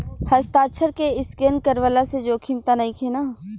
हस्ताक्षर के स्केन करवला से जोखिम त नइखे न?